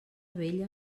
vella